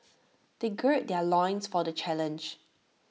they gird their loins for the challenge